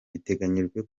biteganyijwe